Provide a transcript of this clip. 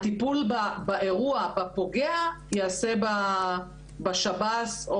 והטיפול באירוע ובפוגע עצמו ייעשה במשטרה או בשב"ס,